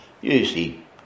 usually